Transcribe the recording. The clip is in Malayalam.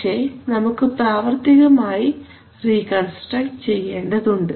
പക്ഷേ നമുക്ക് പ്രാവർത്തികമായി റീകൺസ്ട്രക്റ്റ് ചെയ്യേണ്ടതുണ്ട്